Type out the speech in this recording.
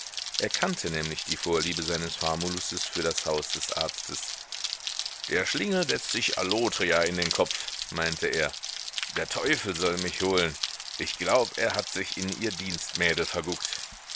er kannte nämlich die vorliebe seines famulusses für das haus des arztes der schlingel setzt sich allotria in den kopf meinte er der teufel soll mich holen ich glaub er hat sich in ihr dienstmädel verguckt